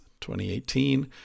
2018